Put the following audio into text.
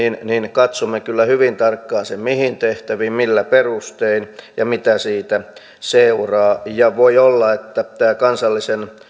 katsomme kyllä hyvin tarkkaan sen mihin tehtäviin millä perustein ja mitä siitä seuraa voi olla että kansallisen